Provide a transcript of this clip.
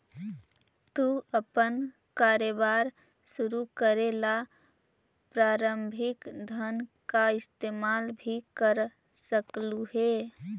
तू अपन कारोबार शुरू करे ला प्रारंभिक धन का इस्तेमाल भी कर सकलू हे